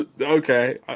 Okay